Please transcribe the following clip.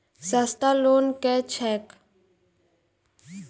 सस्ता लोन केँ छैक